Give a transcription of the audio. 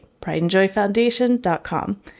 prideandjoyfoundation.com